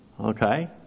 okay